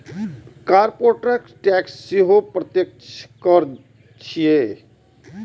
corporate tax सेहो प्रत्यक्ष कर छियै